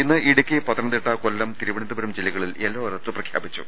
ഇന്ന് ഇടുക്കി പത്തനംതിട്ട കൊല്ലം തിരുവന ന്തപുരം ജില്ലകളിൽ yellow alert പ്രഖ്യാപിച്ചു